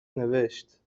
نوشت